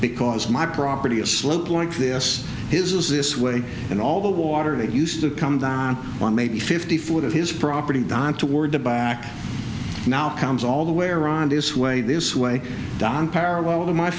because my property a slope like this is this way and all the water that used to come down on maybe fifty foot of his property don toward the back now comes all the way around is swayed this way don parallel to my